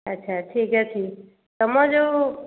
ଆଚ୍ଛା ଠିକ୍ ଅଛି ତୁମ ଯେଉଁ